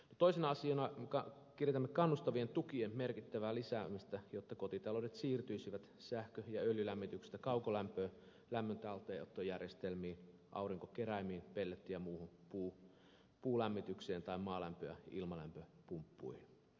toisena asiana kiinnitämme huomiota kannustavien tukien merkittävään lisäämiseen jotta kotitaloudet siirtyisivät sähkö ja öljylämmityksestä kaukolämpöön lämmön talteenottojärjestelmiin aurinkokeräimiin pelletti ja muuhun puulämmitykseen tai maalämpö ja ilmalämpöpumppuihin